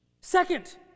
Second